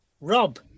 Rob